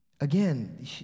again